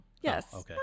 yes